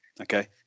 Okay